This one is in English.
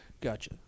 gotcha